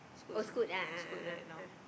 Scoot Scoot right now